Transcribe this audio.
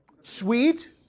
Sweet